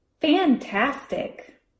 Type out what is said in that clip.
Fantastic